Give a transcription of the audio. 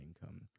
income